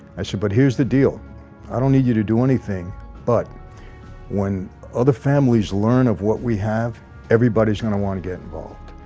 i said, but here's the deal i don't need you to do anything but when other families learn of what we have everybody's gonna want to get involved.